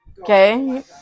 Okay